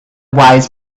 wise